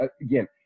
again